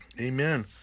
Amen